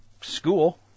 school